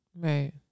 Right